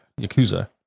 Yakuza